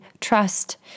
trust